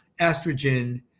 estrogen